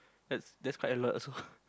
that's that's quite a lot also